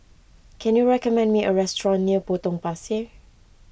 can you recommend me a restaurant near Potong Pasir